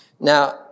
Now